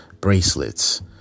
bracelets